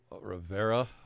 Rivera